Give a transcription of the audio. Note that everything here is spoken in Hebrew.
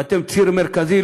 ואתם ציר מרכזי,